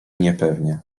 niepewnie